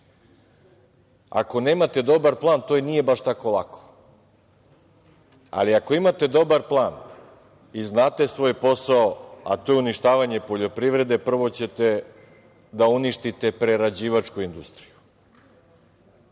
ako nemate dobar plan to i nije baš tako lako, ali ako imate dobar plan i znate svoj posao, a to je uništavanje poljoprivrede, prvo ćete da uništite prerađivačku industriju. Vršna